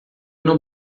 não